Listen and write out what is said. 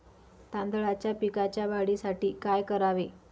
तांदळाच्या पिकाच्या वाढीसाठी काय करावे?